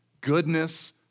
goodness